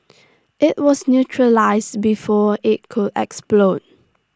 IT was neutralise before IT could explode